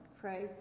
pray